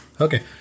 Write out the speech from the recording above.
Okay